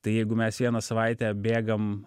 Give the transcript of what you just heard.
tai jeigu mes vieną savaitę bėgam